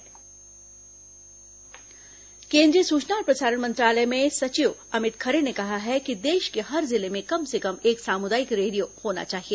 सामुदायिक रेडियो केन्द्रीय सूचना और प्रसारण मंत्रालय में सचिव अमित खरे ने कहा है कि देश के हर जिले में कम से कम एक सामुदायिक रेडियो होना चाहिए